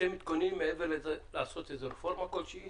אתם מתכוננים, מעבר לזה, לעשות איזו רפורמה כלשהי